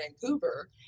Vancouver